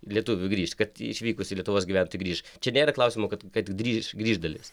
lietuvių grįš kad išvykusių lietuvos gyventojų grįš čia nėra klausimo kad kad grįš grįš dalis